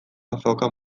azoka